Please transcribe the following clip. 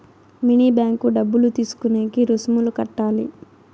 mini bank డబ్బులు తీసుకునేకి రుసుములు కట్టాలి